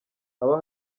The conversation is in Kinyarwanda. haba